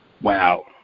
Wow